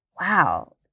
Wow